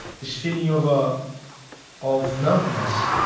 this feeling of ah of numbness.